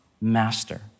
master